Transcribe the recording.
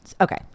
okay